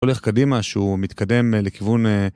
הולך קדימה שהוא מתקדם לכיוון